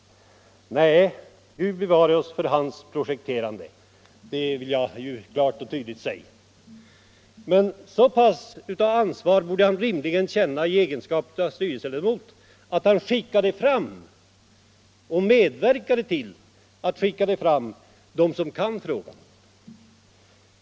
Nej, Gud bevare oss för hans projekterande, det vill jag klart och tydligt säga. Så pass mycket ansvar borde han rimligen ändå känna i egenskap av styrelseledamot att han medverkar till att skicka fram dem som kan frågan.